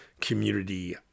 community